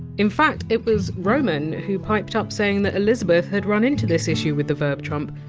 in fact it was roman who piped up saying that elizabeth had run into this issue with the verb! trump,